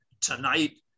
tonight